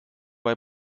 bei